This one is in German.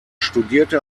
studierte